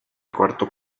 cuarto